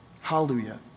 Hallelujah